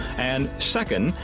and second,